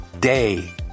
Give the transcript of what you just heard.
day